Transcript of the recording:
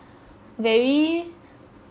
very